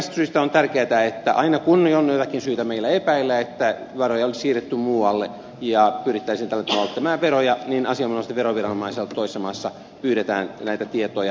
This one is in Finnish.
tästä syystä on tärkeätä että aina kun on jotakin syytä meillä epäillä että varoja olisi siirretty muualle ja pyrittäisiin tällä tavalla välttämään veroja niin asianomaiselta veroviranomaiselta toisessa maassa pyydetään näitä tietoja